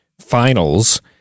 finals